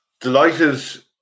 delighted